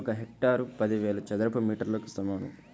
ఒక హెక్టారు పదివేల చదరపు మీటర్లకు సమానం